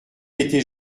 était